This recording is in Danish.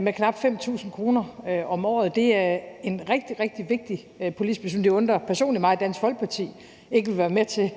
med knap 5.000 kr. om året. Det er en rigtig, rigtig vigtig politisk beslutning. Det undrer personligt mig, at Dansk Folkeparti ikke vil være med til